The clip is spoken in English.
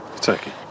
Turkey